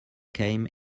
came